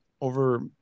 over